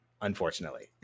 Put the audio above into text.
unfortunately